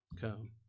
Come